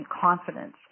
confidence